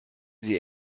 sie